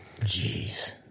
Jeez